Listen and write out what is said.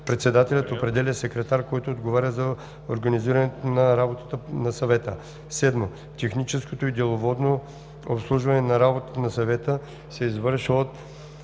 Председателят определя секретар, който отговаря за организирането на работата на съвета. (7) Техническото и деловодното обслужване на работата на съвета се извършва от